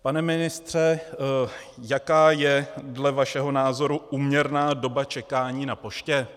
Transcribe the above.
Pane ministře, jaká je dle vašeho názoru úměrná doba čekání na poště?